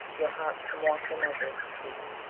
your harps to mournful measures sweep.